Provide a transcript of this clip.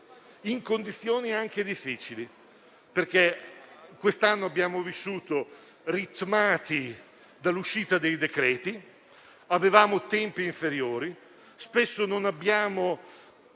in condizioni anche difficili. Quest'anno abbiamo vissuto ritmati dall'uscita dei decreti-legge, avevamo tempi inferiori e spesso non abbiamo